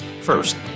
First